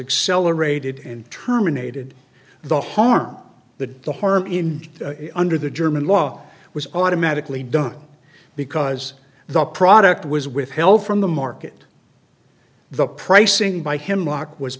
accelerated and terminated the harm the the harm in under the german law was automatically done because the product was withheld from the market the pricing by him locke was